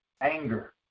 anger